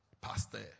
Pastor